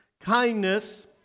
kindness